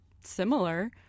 similar